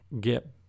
get